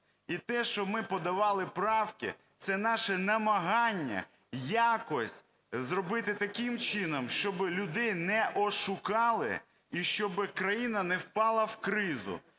І те, що ми подавали правки, це наше намагання якось зробити таким чином, щоби людей не ошукали і щоби країна не впала в кризу.